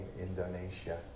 Indonesia